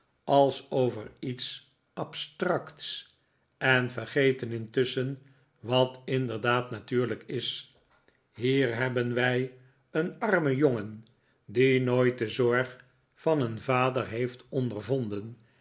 als over iets abstracts en vergeten intusschen wat inderdaad natuurlijk is hier hebben wij een armen jongen die nooit de zorg van een vader heeft ondervonden